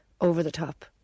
over-the-top